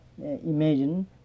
imagine